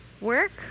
work